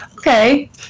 Okay